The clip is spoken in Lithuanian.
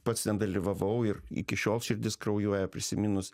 pats nedalyvavau ir iki šiol širdis kraujuoja prisiminus